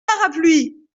parapluie